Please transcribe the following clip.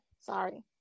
Sorry